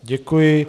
Děkuji.